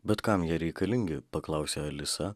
bet kam jie reikalingi paklausė alisa